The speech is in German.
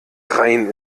rhein